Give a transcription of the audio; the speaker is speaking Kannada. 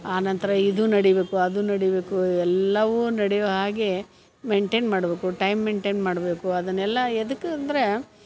ಆನಂತರ ಇದು ನಡಿಬೇಕು ಅದು ನಡಿಬೇಕು ಎಲ್ಲವೂ ನಡೆಯುವ ಹಾಗೆ ಮೆಂಟೇನ್ ಮಾಡಬೇಕು ಟೈಮ್ ಮೆಂಟೇನ್ ಮಾಡಬೇಕು ಅದನ್ನೆಲ್ಲ ಎದಕ್ಕಂದರೆ